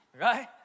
right